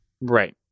right